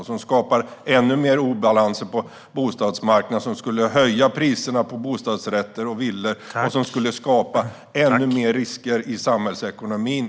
Den skulle skapa ännu mer obalanser på bostadsmarknaden, höja priserna på bostadsrätter och villor samt skapa ännu mer risker i samhällsekonomin.